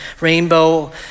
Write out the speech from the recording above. rainbow